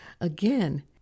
Again